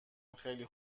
خیلی